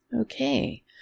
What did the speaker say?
Okay